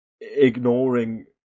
ignoring